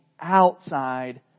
outside